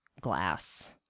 glass